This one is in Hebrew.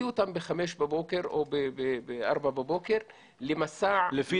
הוציאו אותם בחמש בבוקר או בארבע בבוקר למסע --- לפי